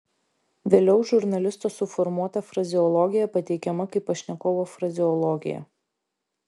vėliau žurnalisto suformuota frazeologija pateikiama kaip pašnekovo frazeologija